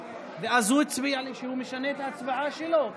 ואז הוא אמר לי שהוא משנה את ההצבעה שלו.